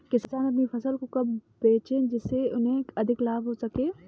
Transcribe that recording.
किसान अपनी फसल को कब बेचे जिसे उन्हें अधिक लाभ हो सके?